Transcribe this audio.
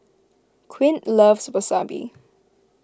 Quint loves Wasabi